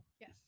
yes